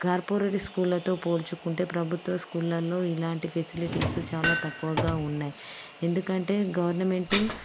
corporate స్కూళ్ళతో పోల్చుకుంటే ప్రభుత్వ స్కూళ్ళలో ఇలాంటి ఫెసిలిటీసు చాలా తక్కువగా ఉన్నాయి ఎందుకంటే గవర్నమెంటు